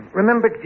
remember